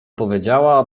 powiedziała